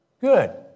good